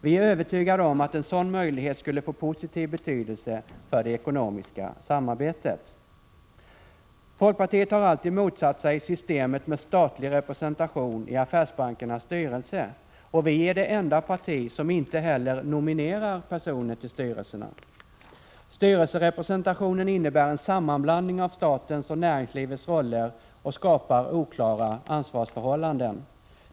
Vi är övertygade om att en sådan möjlighet skulle få positiv effekt för det ekonomiska samarbetet. Folkpartiet har alltid motsatt sig systemet med statlig representation i affärsbankernas styrelser, och vi är det enda parti som inte heller nominerat personer till styrelserna. Styrelserepresentationen innebär en sammanblandning av statens och näringslivets roller och skapar oklara ansvarsförhållanden.